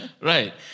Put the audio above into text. right